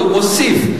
והוא מוסיף,